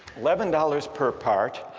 eleven dollars per part